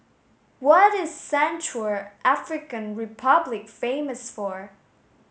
what is Central African Republic famous for